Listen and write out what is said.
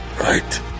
right